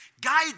guide